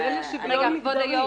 ולשוויון מיגדרי.